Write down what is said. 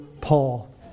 Paul